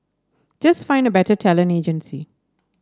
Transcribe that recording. just find a better talent agency